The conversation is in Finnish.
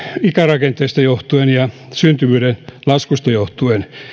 ikärakenteesta johtuen ja syntyvyyden laskusta johtuen